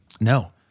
No